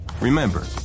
Remember